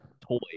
toy